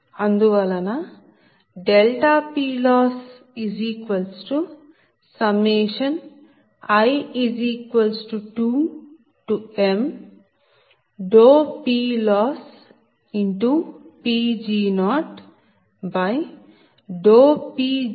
అందువలనPLoss i2mPLossPg0Pgi Pgi